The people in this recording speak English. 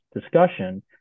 discussion